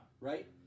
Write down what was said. Right